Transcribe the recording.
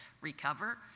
recover